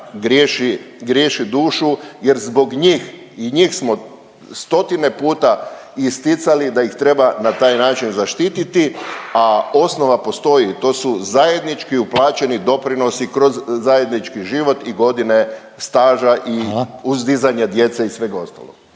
griješi dušu jer zbog njih i njih smo stotine puta isticali da ih treba na taj način zaštititi, a osnova postoji, to su zajednički uplaćeni doprinosi kroz zajednički život i godine staža…/Upadica Reiner: